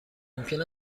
ممکن